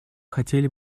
хотели